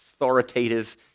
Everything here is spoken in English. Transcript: authoritative